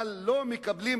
אבל לא מקבלים,